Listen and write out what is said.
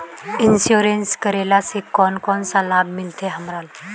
Insurance करेला से कोन कोन सा लाभ मिलते हमरा?